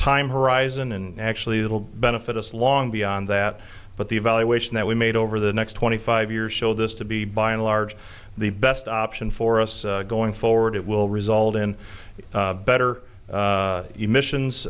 time horizon and actually that will benefit us long beyond that but the evaluation that we made over the next twenty five years show this to be by and large the best option for us going forward it will result in better emissions